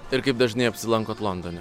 ir kaip dažnai apsilankot londone